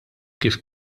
kif